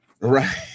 Right